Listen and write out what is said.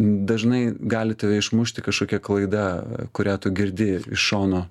dažnai gali tave išmušti kažkokia klaida kurią tu girdi iš šono